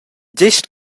gest